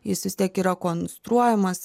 jis vis tiek yra konstruojamas